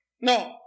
No